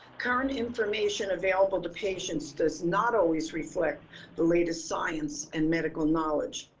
current information available to patients does not always reflect the latest science and medical knowledge.